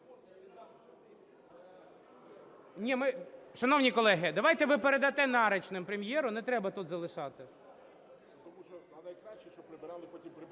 Шановні колеги, давайте ви передасте нарочним Прем'єру, не треба тут залишати.